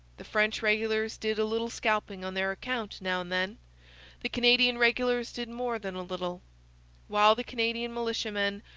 the french regulars did a little scalping on their account now and then the canadian regulars did more than a little while the canadian militiamen,